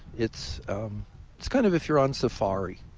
it's it's kind of if you're on safari.